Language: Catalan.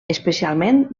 especialment